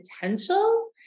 potential